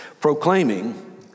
proclaiming